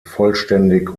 vollständig